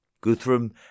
Guthrum